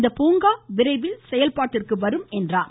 இப்பூங்கா விரைவில் செயல்பாட்டிற்கு வரும் என்றார்